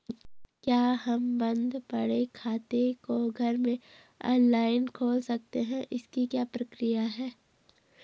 क्या हम बन्द पड़े खाते को घर में ऑनलाइन खोल सकते हैं इसकी क्या प्रक्रिया है?